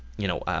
you know